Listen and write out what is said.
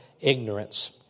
ignorance